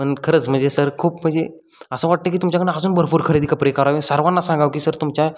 पण खरंच म्हणजे सर खूप म्हणजे असं वाटतं की तुमच्याकडनं अजून भरपूर खरेदी कपडे करावे सर्वांना सांगावं की सर तुमच्या